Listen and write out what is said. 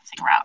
route